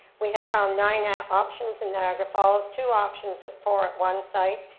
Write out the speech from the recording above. we have found nine ah options in niagara falls, two options of four at one site,